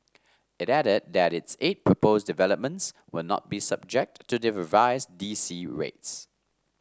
it added that its eight proposed developments will not be subject to the revised D C rates